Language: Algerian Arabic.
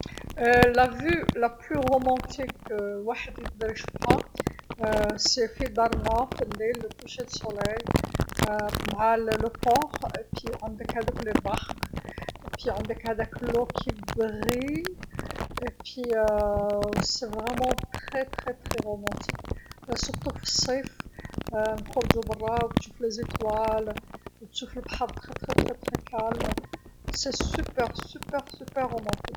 النظره أكثر رومانسيه واحد يقدر يشوفها في دارنا في الليل غروب الشمس، مع الميناء، منبعد عندك هاذوك فلوكات، منبعد عندك هذاك الما ليلمع، منبعد هاذي بزاف بزاف رومانسي، خصوصا في الصيف نخرجو برا تشوف نجوم، تشوف البحر بزاف بزاف هادئ، هي بزاف بزاف بزاف رومانسي.